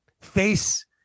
face